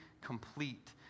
complete